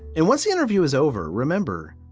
and once the interview is over, remember,